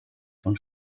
von